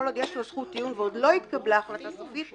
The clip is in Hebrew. כל עוד יש לו זכות טיעון ועוד לא התקבלה החלטה סופית,